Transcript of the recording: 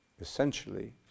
essentially